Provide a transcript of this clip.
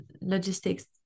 logistics